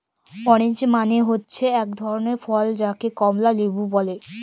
orange মালে হচ্যে এক ধরলের ফল যাকে কমলা লেবু ব্যলে